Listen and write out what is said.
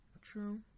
true